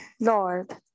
Lord